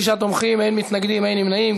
תומכים, אין מתנגדים, אין נמנעים.